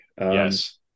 Yes